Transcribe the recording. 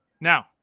Now